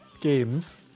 Games